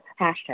Hashtag